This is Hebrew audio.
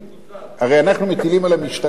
הרי אנחנו מטילים על המשטרה את החובה,